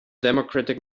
democratic